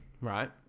right